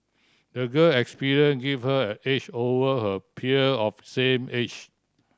the girl give her an edge over her peer of same age